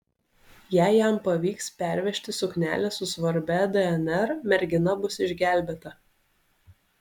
jei jam pavyks pervežti suknelę su svarbia dnr mergina bus išgelbėta